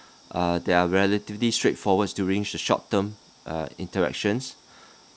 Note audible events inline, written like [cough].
uh they're relatively straightforward during sh~ short term uh interactions [breath]